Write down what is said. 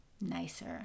nicer